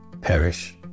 perish